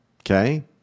Okay